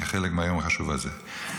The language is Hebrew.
כחלק מהיום החשוב הזה.